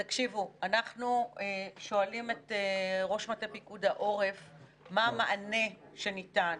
אנחנו שואלים את ראש מטה פיקוד העורף מה המענה שניתן.